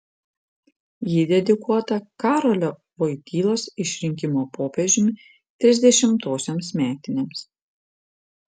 ji dedikuota karolio vojtylos išrinkimo popiežiumi trisdešimtosioms metinėms